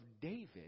David